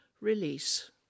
release